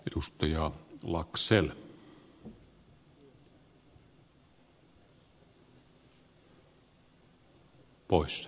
arvoisa herra puhemies